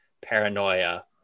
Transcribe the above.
paranoia